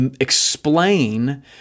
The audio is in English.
explain